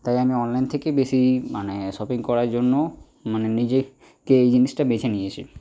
তাই আমি অনলাইন থেকেই বেশি মানে শপিং করার জন্য মানে নিজেকে এই জিনিসটা বেছে নিয়েছি